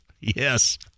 yes